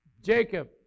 Jacob